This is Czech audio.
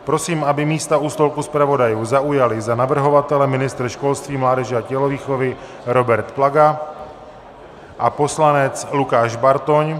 Prosím, aby místa u stolku zpravodajů zaujali za navrhovatele ministr školství mládeže a tělovýchovy Robert Plaga a poslanec Lukáš Bartoň.